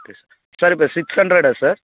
சரி sir six ஹன்டர்ட்டா sir